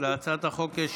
להצעת החוק יש